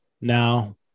now